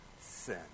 sin